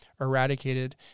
eradicated